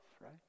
right